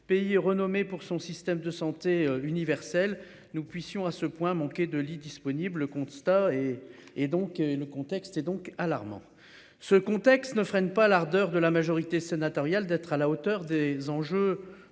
pays renommé pour son système de santé universel nous puissions à ce point manqué de lits disponibles le constat et et donc le contexte est donc alarmant ce contexte ne freine pas l'ardeur de la majorité sénatoriale d'être à la hauteur des enjeux